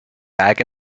bag